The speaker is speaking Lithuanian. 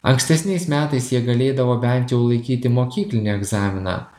ankstesniais metais jie galėdavo bent jau laikyti mokyklinį egzaminą